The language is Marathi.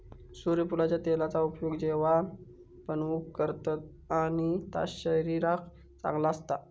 सुर्यफुलाच्या तेलाचा उपयोग जेवाण बनवूक करतत आणि ता शरीराक चांगला असता